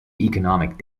economic